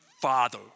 father